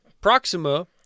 Proxima